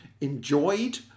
enjoyed